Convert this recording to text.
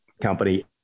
company